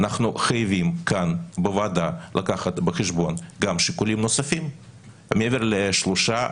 אנחנו חייבים כאן בוועדה לקחת בחשבון גם שיקולים נוספים מעבר לשלושה,